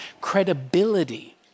credibility